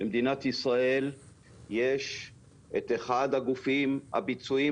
למדינת ישראל יש את אחד הגופים הביצועיים